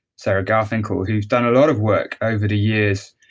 sarah garfinkel, who's done a lot of work over the years,